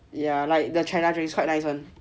ya like the China drinks quite nice [one]